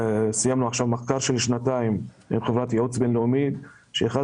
סיימנו עכשיו מחקר של שנתיים עם חברת ייעוץ בין-לאומית ואחד